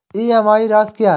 EMI राशि क्या है?